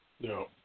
No